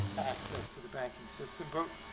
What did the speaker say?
access to the banking system, but